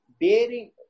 bearing